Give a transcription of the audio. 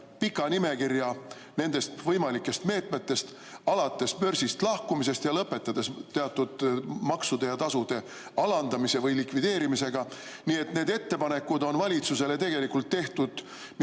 pika nimekirja võimalikest meetmetest, alates börsilt lahkumisest ning lõpetades teatud maksude ja tasude alandamise või likvideerimisega. Nii et ettepanekuid on valitsusele tegelikult teinud